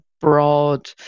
broad